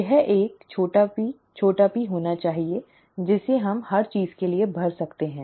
यह एक छोटा p छोटा p होना चाहिए जिसे हम हर चीज के लिए भर सकते हैं